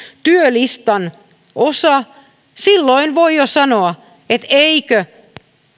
työlistan osa niin silloin voi jo sanoa että eikö